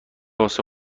واسه